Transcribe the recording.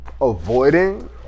avoiding